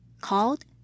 called